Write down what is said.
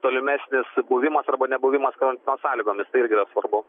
tolimesnis buvimas arba nebuvimas karantino sąlygomis ir tai irgi yra svarbu